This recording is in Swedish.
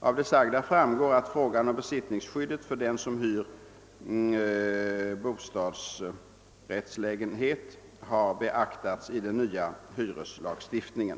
Av det sagda framgår att frågan om besittningsskyddet för den som hyr bostadsrättslägenhet har beaktats i den nya hyreslagstiftningen.